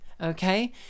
Okay